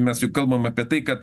mes juk kalbam apie tai kad